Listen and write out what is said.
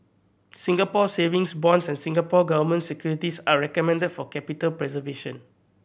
Singapore Savings Bonds and Singapore Government Securities are recommended for capital preservation